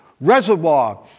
reservoir